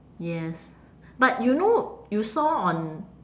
yes but you know you saw on